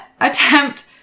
attempt